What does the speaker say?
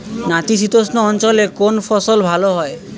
নাতিশীতোষ্ণ অঞ্চলে কোন ফসল ভালো হয়?